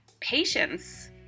patience